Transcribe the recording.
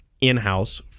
in-house